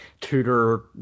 tutor